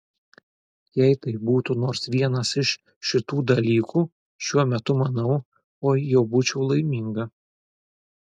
jei tai būtų nors vienas iš šitų dalykų šiuo metu manau oi jau būčiau laiminga